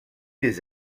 des